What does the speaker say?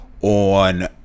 on